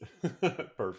Perfect